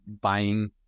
buying